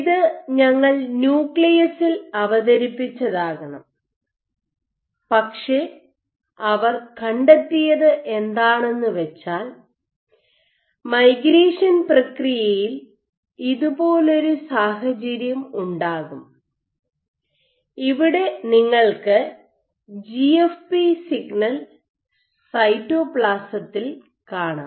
ഇത് ഞങ്ങൾ ന്യൂക്ലിയസിൽ അവതരിപ്പിച്ചതാകണം പക്ഷേ അവർ കണ്ടെത്തിയത് എന്താണെന്നുവെച്ചാൽ മൈഗ്രേഷൻ പ്രക്രിയയിൽ ഇതുപോലൊരു സാഹചര്യം ഉണ്ടാകും ഇവിടെ നിങ്ങൾക്ക് ജിഎഫ്പി സിഗ്നൽ സൈറ്റോപ്ലാസത്തിൽ കാണാം